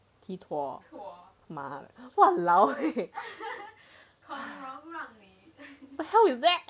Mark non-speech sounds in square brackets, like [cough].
托马 !walao! eh [laughs] how is that